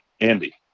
Andy